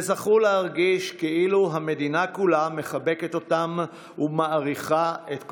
וזכו להרגיש כאילו המדינה כולה מחבקת אותם ומעריכה את קורבנם.